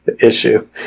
issue